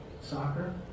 soccer